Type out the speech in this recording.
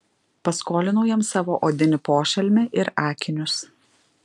paskolinau jam savo odinį pošalmį ir akinius